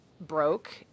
broke